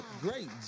Great